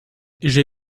j’ai